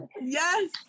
Yes